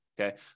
okay